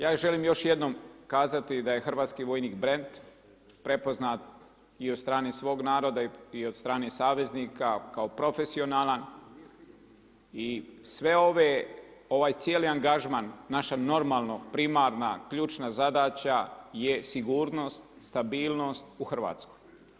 Ja želim još jednom kazati da je Hrvatski vojnik brend prepoznat i od strane svog naroda i od strane saveznika kao profesionalan i sav ovaj cijeli angažman, naše normalno primarna, ključna zadaća je sigurnost, stabilnost u Hrvatskoj.